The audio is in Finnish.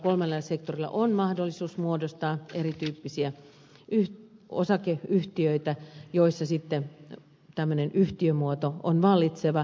kolmannella sektorilla on mahdollisuus muodostaa erityyppisiä osakeyhtiöitä joissa sitten tämmöinen yhtiömuoto on vallitseva